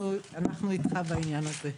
אנחנו איתך בעניין הזה.